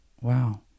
wow